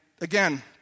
again